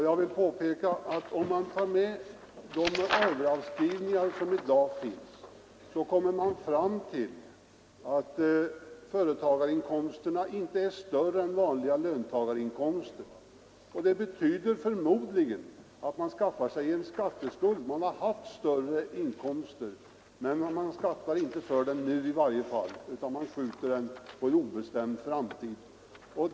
Jag vill påpeka att om man tar med de avdragsmöjligheter som i dag finns kommer man fram till att företagarinkomsterna inte är större än vanliga löntagarinkomster, och det betyder förmodligen att man skaffar sig en skatteskuld. Man har haft större inkomster men man betalar inte skatt för dem utan skjuter det på en obestämd framtid.